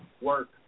Work